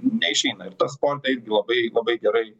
neišeina ir tas sporte irgi labai labai gerai